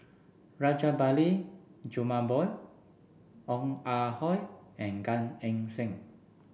Rajabali Jumabhoy Ong Ah Hoi and Gan Eng Seng